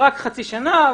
רק חצי שנה.